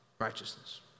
righteousness